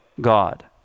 God